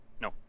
No